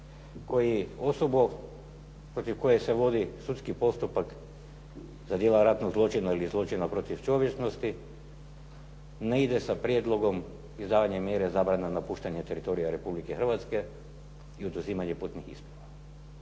koji osobu protiv koje se vodi sudski postupak za djela ratnog zločina ili zločina protiv čovječnosti ne ide sa prijedlogom izdavanje mjere zabrana napuštanja teritorija Republike Hrvatske i oduzimanja putnih isprava.